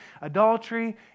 adultery